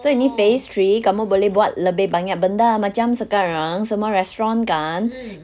so ini phase three kamu boleh buat lebih banyak benda macam sekarang semua restaurant kan